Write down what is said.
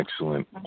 Excellent